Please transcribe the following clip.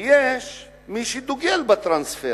שיש מי שדוגל בטרנספר